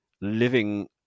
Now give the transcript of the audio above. living